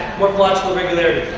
morphological irregularity.